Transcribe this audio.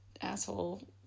asshole